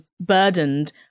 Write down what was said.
burdened